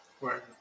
Right